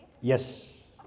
Yes